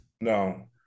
no